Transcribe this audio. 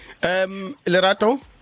Lerato